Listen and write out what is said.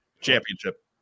Championship